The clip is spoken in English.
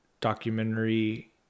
documentary